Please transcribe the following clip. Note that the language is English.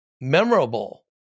memorable